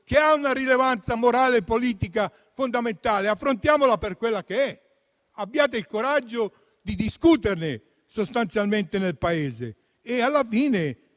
che ha una rilevanza morale e politica fondamentale: affrontiamola per quella che è; abbiate il coraggio di discuterne nel Paese e alla fine,